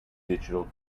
digital